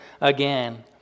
again